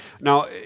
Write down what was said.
Now